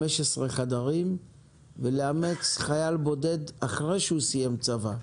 15 חדרים ולאמץ חייל בודד אחרי שהוא סיים צבא.